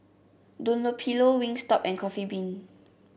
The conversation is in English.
Dunlopillo Wingstop and Coffee Bean